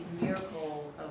miracles